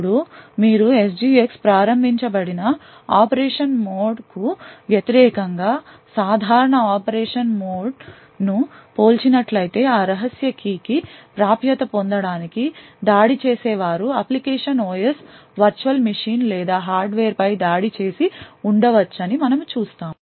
ఇప్పుడు మీరు SGX ప్రారంభించబడిన ఆపరేషన్ మోడ్కు వ్యతిరేకం గా సాధారణ ఆపరేషన్ మోడ్ను పోల్చినట్లయితే ఆ రహస్య keyకి ప్రాప్యత పొందడానికి దాడి చేసే వారు అప్లికేషన్ OS వర్చువల్ మిషీన్ లేదా హార్డ్వేర్పై దాడి చేసి ఉండవచ్చని మనము చూస్తాము